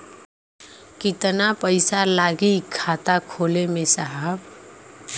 कितना पइसा लागि खाता खोले में साहब?